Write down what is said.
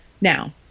Now